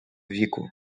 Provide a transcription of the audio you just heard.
віку